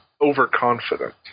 overconfident